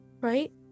Right